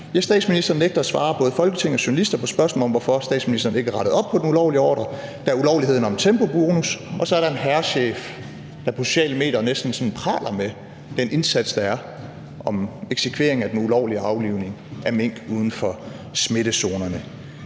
Folketinget og journalister på spørgsmål om, hvorfor statsministeren ikke rettede op på den ulovlige ordre. Så er der ulovligheden om tempobonus. Og så er der en hærchef, som på sociale medier sådan næsten praler af den indsats, der er, i forbindelse med eksekveringen af den ulovlige aflivning af mink uden for smittezonerne.